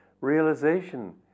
realization